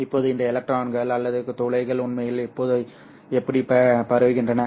இப்போது இந்த எலக்ட்ரான்கள் அல்லது துளைகள் உண்மையில் எப்போது எப்படி பரவுகின்றன